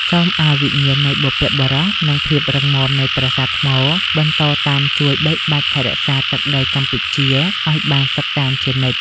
សូមឱ្យវិញ្ញាណនៃបុព្វបុរស និង ភាពរឹងមាំនៃប្រាសាទថ្មបន្តតាមជួយបីបាច់ថែរក្សាទឹកដីកម្ពុជាឱ្យបានសុខសាន្តជានិច្ច។